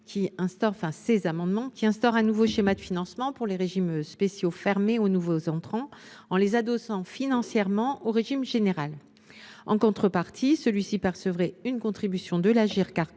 qui instaure un nouveau schéma de financement pour les régimes spéciaux fermés aux nouveaux entrants, en les adossant financièrement au régime général. En contrepartie, celui ci percevrait une contribution de l’Agirc Arrco